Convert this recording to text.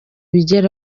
uburyo